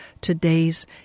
today's